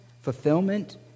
fulfillment